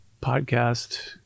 podcast